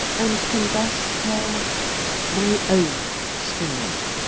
and can thus tell my own story